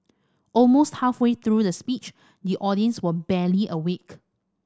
almost halfway through the speech the audience were barely awake